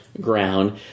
ground